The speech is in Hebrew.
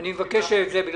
אני מבקש את זה כי